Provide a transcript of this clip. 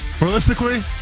Realistically